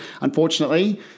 unfortunately